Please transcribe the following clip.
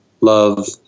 Love